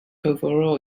overall